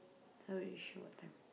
so we show what time